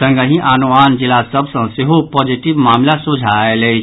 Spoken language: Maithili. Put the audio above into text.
संगहि आनोआन जिला सभ सँ सेहो पॉजिटिव मामिला सोझा आयल अछि